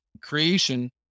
creation